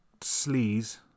sleaze